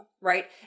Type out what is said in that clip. right